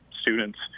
students